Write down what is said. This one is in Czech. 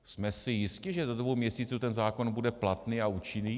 Jsme si jisti, že do dvou měsíců ten zákon bude platný a účinný?